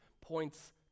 points